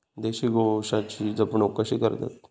देशी गोवंशाची जपणूक कशी करतत?